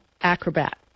Acrobat